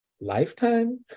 lifetime